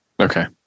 Okay